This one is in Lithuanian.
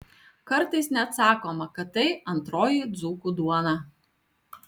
kartais net sakoma kad tai antroji dzūkų duona